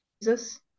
Jesus